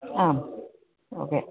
ആ ഓക്കെ